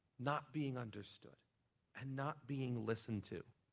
not being understood and not being listened to,